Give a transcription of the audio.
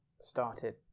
started